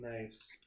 nice